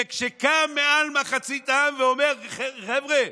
וכשקם מעל מחצית העם ואומר: חבר'ה,